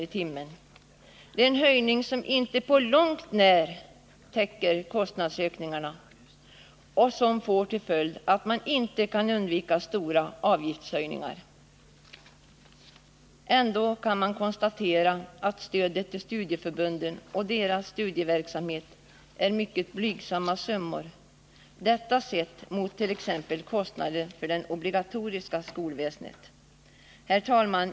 i timmen — en höjning som inte på långt när täcker kostnadsökningarna och som får till följd att studieförbunden inte kan undvika stora avgiftshöjningar. Ändå kan man konstatera att stödet till studieförbunden och deras studieverksamhet utgör mycket blygsamma summor — detta sett mot t.ex. kostnaderna för det obligatoriska skolväsendet. Herr talman!